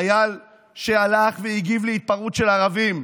חייל שהלך והגיב להתפרעות של ערבים,